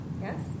yes